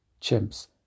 chimps